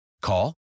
Call